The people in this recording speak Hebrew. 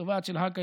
התובעת של האג,